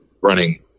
running